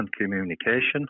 communication